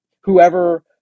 whoever